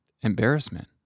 embarrassment